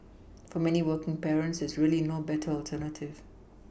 for many working parents there's really no better alternative